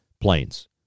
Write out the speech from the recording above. planes